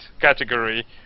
category